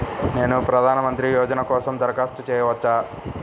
నేను ప్రధాన మంత్రి యోజన కోసం దరఖాస్తు చేయవచ్చా?